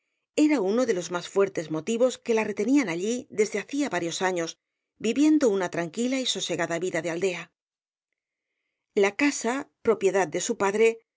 era uno de los más fuertes motivos que la retenían allí desde hace varios años viviendo una tranquila y sosegada vida de aldea la casa propiedad de su padre